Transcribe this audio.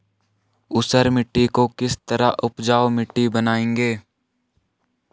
ऊसर मिट्टी को किस तरह उपजाऊ मिट्टी बनाएंगे?